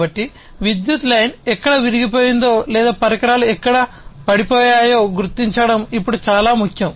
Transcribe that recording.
కాబట్టి విద్యుత్ లైన్ ఎక్కడ విరిగిపోయిందో లేదా పరికరాలు ఎక్కడ పడిపోయాయో గుర్తించడం ఇప్పుడు చాలా ముఖ్యం